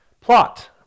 Plot